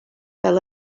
fel